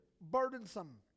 burdensome